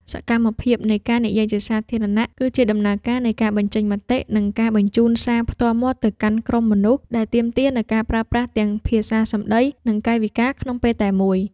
សកម្មភាពនៃការនិយាយជាសាធារណៈ គឺជាដំណើរការនៃការបញ្ចេញមតិ និងការបញ្ជូនសារផ្ទាល់មាត់ទៅកាន់ក្រុមមនុស្ស ដែលទាមទារនូវការប្រើប្រាស់ទាំងភាសាសម្ដី និងកាយវិការក្នុងពេលតែមួយ។